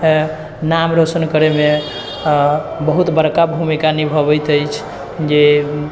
नाम रौशन करय मे बहुत बड़का भूमिका निभबैत अछि जे